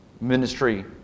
ministry